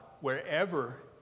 wherever